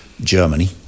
Germany